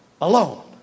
alone